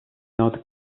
not